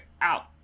out